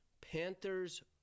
Panthers